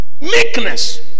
meekness